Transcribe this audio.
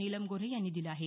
नीलम गोऱ्हे यांनी दिलं आहे